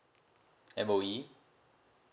M_O_E